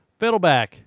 Fiddleback